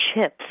chips